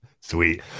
Sweet